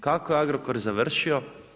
Kako je Agrokor završio?